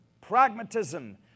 pragmatism